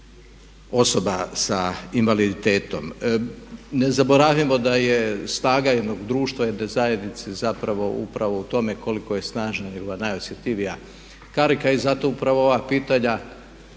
osoba sa invaliditetom. Ne zaboravimo da je snaga jednog društva, jedne zajednice zapravo upravo u tome koliko je snažna njegova najosjetljivija karika. I zato upravo ova pitanja